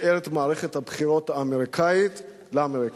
השאר את מערכת הבחירות האמריקנית לאמריקנים.